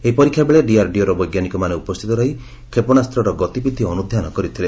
ଏହି ପରୀକ୍ଷା ବେଳେ ଡିଆର୍ଡିଓର ବୈଙ୍କାନିକମାନେ ଉପସ୍ଥିତ ରହି କ୍ଷେପଣାସ୍ତର ଗତିବିଧି ଅନୁଧ୍ଧାନ କରିଥିଲେ